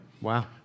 Wow